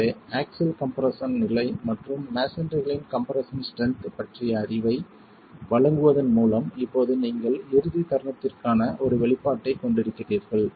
எனவே axial compression நிலை மற்றும் மஸோன்றிகளின் கம்ப்ரெஸ்ஸன் ஸ்ட்ரென்த் பற்றிய அறிவை வழங்குவதன் மூலம் இப்போது நீங்கள் இறுதி தருணத்திற்கான ஒரு வெளிப்பாட்டைக் கொண்டிருக்கிறீர்கள்